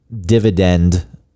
dividend